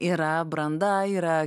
yra branda yra